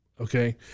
okay